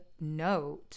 note